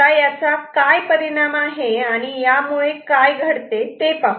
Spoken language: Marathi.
आता याचा काय परिणाम आहे आणि यामुळे काय घडते ते पाहू